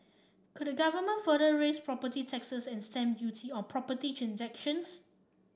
could the Government further raise property taxes and stamp duty on property transactions